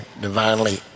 divinely